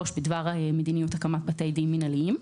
בדבר מדיניות הקמת בתי דין מינהליים.